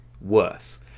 worse